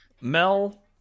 Mel